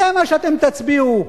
זה מה שאתם תצביעו,